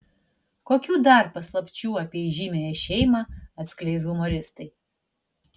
kokių dar paslapčių apie įžymiąją šeimą atskleis humoristai